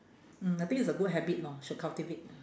mm I think it's a good habit lor should cultivate